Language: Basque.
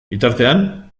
bitartean